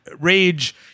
rage